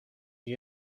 you